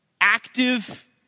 active